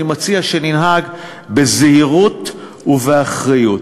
אני מציע שננהג בזהירות ובאחריות.